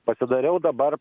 pasidariau dabar